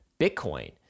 Bitcoin